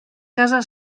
casa